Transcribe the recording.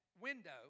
window